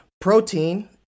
protein